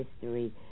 history